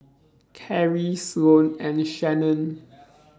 Karri Sloane and Shanon